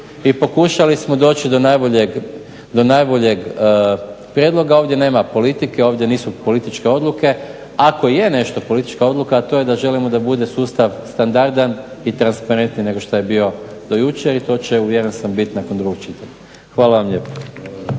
i pokušali smo doći do najboljeg prijedloga. Ovdje nema politike, ovdje nisu političke odluke, a ako je nešto politička odluka, a to je da želimo da bude sustav standardan i transparentniji nego što je bio do jučer i to će uvjeren sam biti nakon drugog čitanja. Hvala vam lijepo.